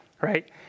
Right